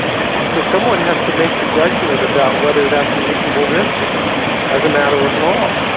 so someone has to make the judgment about whether that's a reasonable risk or not as a matter of law.